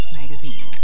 magazine